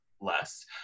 less